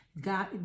God